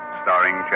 starring